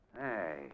Hey